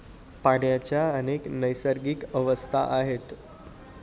पाण्याच्या अनेक नैसर्गिक अवस्था आहेत